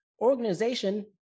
organization